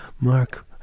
Mark